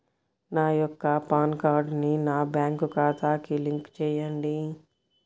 నా యొక్క పాన్ కార్డ్ని నా బ్యాంక్ ఖాతాకి లింక్ చెయ్యండి?